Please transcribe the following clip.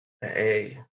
hey